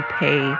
pay